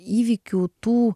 įvykių tų